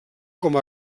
com